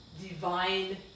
divine